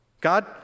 God